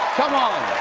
come on!